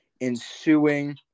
ensuing